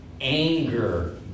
anger